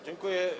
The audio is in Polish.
Dziękuję.